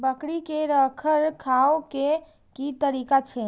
बकरी के रखरखाव के कि तरीका छै?